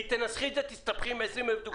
אם תנסחי את זה, תסתבכי עם 20,000 דוגמאות אחרות.